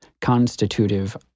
constitutive